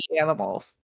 animals